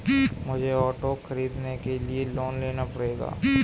मुझे ऑटो खरीदने के लिए लोन लेना पड़ेगा